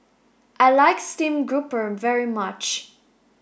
I like stream grouper very much